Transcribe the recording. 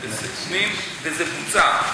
וזה בוצע,